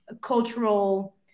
cultural